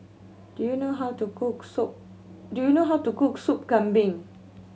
do you know how to cook sop do you know how to cook Sop Kambing